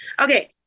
okay